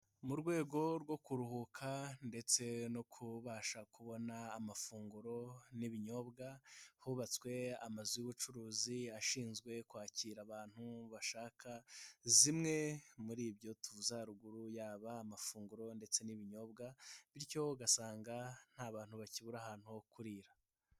Mu rwego rwo kuruhuka ndetse no kubasha kubona amafunguro n'ibinyobwa, hubatswe amazu y'ubucuruzi ashinzwe kwakira abantu bashaka zimwe muri ibyo tuvuze haruguru yaba amafunguro ndetse n'ibinyobwa bityo ugasanga nta bantu bakibura ahantu ho kurira.